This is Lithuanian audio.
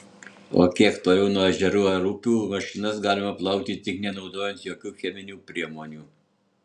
o kiek toliau nuo ežerų ar upių mašinas galima plauti tik nenaudojant jokių cheminių priemonių